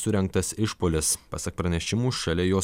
surengtas išpuolis pasak pranešimų šalia jo